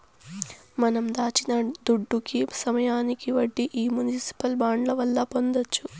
మనం దాచిన దుడ్డుకి సమయానికి వడ్డీ ఈ మునిసిపల్ బాండ్ల వల్ల పొందొచ్చు